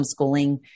homeschooling